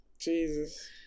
Jesus